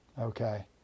Okay